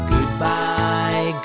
Goodbye